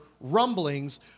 rumblings